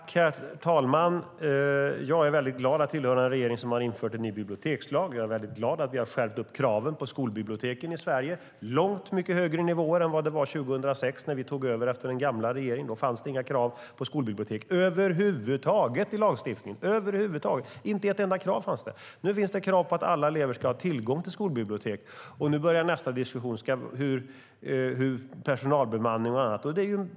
Herr talman! Jag är väldigt glad att jag tillhör en regering som har infört en ny bibliotekslag. Jag är väldigt glad att vi har skärpt kraven på skolbiblioteken i Sverige till långt mycket högre nivåer än 2006, när vi tog efter den gamla regeringen. Då fanns det inga krav över huvud taget på skolbibliotek i lagstiftningen. Inte ett enda krav fanns det. Nu finns det krav på att alla elever ska ha tillgång till skolbibliotek. Nu börjar nästa diskussion om personalbemanning och annat.